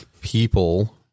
people